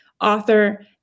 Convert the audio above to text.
author